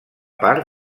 part